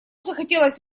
захотелось